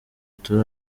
turi